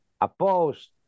opposed